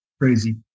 Crazy